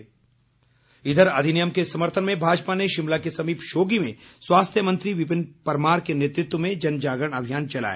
भाजपा इधर अधिनियम के समर्थन में भाजपा ने शिमला के समीप शोघी में स्वास्थ्य मंत्री विपिन परमार के नेतृत्व में जन जागरण अभियान चलाया